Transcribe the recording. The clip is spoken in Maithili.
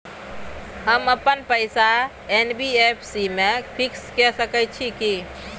हम अपन पैसा एन.बी.एफ.सी म फिक्स के सके छियै की?